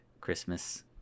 christmas